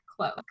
cloak